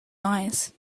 eyes